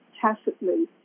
tacitly